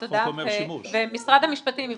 משרד המשפטים,